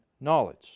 knowledge